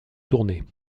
tournés